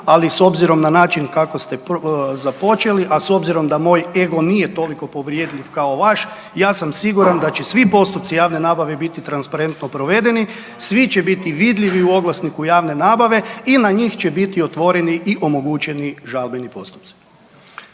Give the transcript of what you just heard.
ali s obzirom na način kako ste započeli, a s obzirom da moj ego nije toliko povredljiv kao vaš ja sam siguran da će svi postupci javne nabave biti transparentno provedeni, svi će biti vidljivi u oglasniku javne nabave i na njih će biti otvoreni i omogućeni žalbeni postupci.